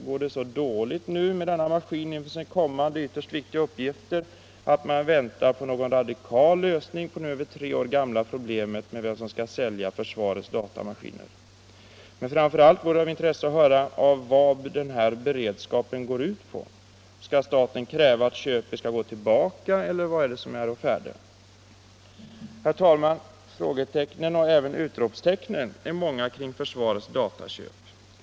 Går det så dåligt med denna maskin inför dess kommande ytterst viktiga uppgifter att man kan vänta på någon radikal lösning på det över tre år gamla problemet med leveransen av försvarets datamaskiner? Men framför allt vore det av intresse att höra vad den här beredskapen går ut på. Skall staten kräva att köpet skall gå tillbaka, eller vad är på färde? Herr talman! Frågetecknen och även utropstecknen är många kring försvarets dataköp.